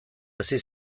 hasi